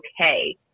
okay